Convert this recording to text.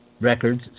records